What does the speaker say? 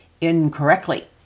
incorrectly